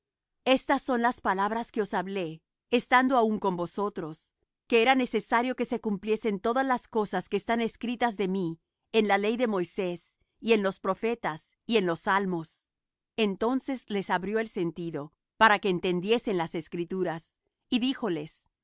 estas son las palabras que os hablé estando aún con vosotros que era necesario que se cumpliesen todas las cosas que están escritas de mí en la ley de moisés y en los profetas y en los salmos entonces les abrió el sentido para que entendiesen las escrituras y díjoles